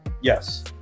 yes